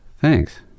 Thanks